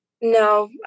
No